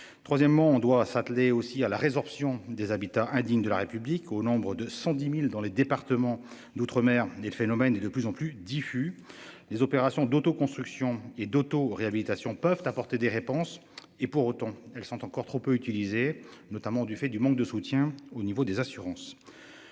Troisièmement, on doit s'atteler aussi à la résorption des habitats indignes de la République au nombre de 110.000 dans les départements d'outre- mer. Le phénomène est de plus en plus diffus. Les opérations d'auto-construction et d'auto-réhabilitation peuvent apporter des réponses et pour autant, elles sont encore trop peu utilisé, notamment du fait du manque de soutien au niveau des assurances.